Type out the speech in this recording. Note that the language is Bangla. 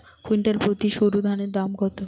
কুইন্টাল প্রতি সরুধানের দাম কত?